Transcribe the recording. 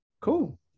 Cool